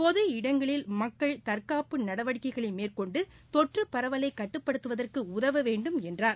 பொதுஇடங்களில் மக்கள் தற்னாப்பு நடவடிக்கைகளை மேற்கொண்டு தொற்று பரவலை கட்டுப்படுத்துவதற்கு உதவவேண்டும் என்றார்